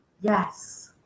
yes